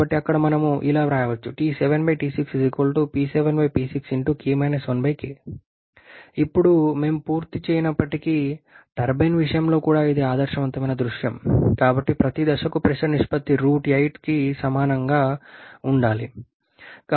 కాబట్టి అక్కడ మనం ఇలా వ్రాయవచ్చు ఇప్పుడు మేము పూర్తి చేయనప్పటికీ టర్బైన్ విషయంలో కూడా ఇది ఆదర్శవంతమైన దృశ్యం కాబట్టి ప్రతి దశకు ప్రెషర్ నిష్పత్తి √8 కి సమానంగా ఉండాలి